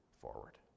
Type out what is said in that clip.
forward